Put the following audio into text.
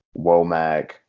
Womack